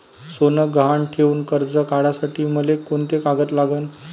सोनं गहान ठेऊन कर्ज काढासाठी मले कोंते कागद लागन?